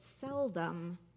seldom